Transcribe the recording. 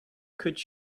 could